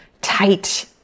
tight